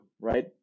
right